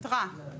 היתרה.